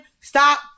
Stop